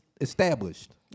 established